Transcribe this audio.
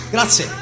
Grazie